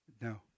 no